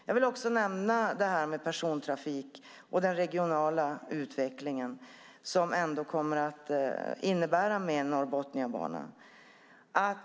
Jag vill också nämna persontrafiken och den regionala utveckling som Norrbotniabanan kommer att innebära.